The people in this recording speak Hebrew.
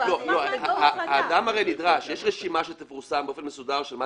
יש רשימה שתפורסם באופן מסודר ובה